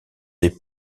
des